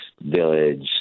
village